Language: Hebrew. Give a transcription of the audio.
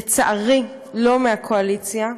לצערי, לא מהקואליציה.